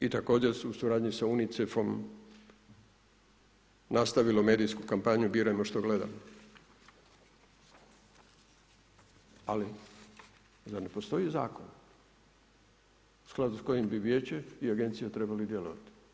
I također se u suradnji sa UNICEF-om nastavilo medijsku kampanju „Birajmo što gledamo“ ali zar ne postoji zakon u skladu s kojim bi vijeće i agencija trebali djelovati?